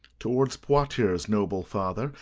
towards poitiers, noble father,